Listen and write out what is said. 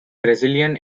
brazilian